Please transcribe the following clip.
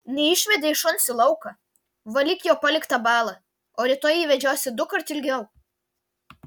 neišvedei šuns į lauką valyk jo paliktą balą o rytoj jį vedžiosi dukart ilgiau